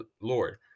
Lord